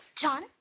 John